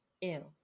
Ew